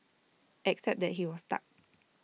except that he was stuck